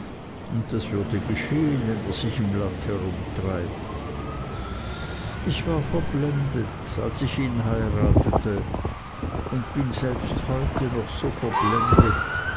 und das würde geschehen wenn er sich im lande herumtreibt ich war verblendet als ich ihn heiratete und bin selbst heute noch so verblendet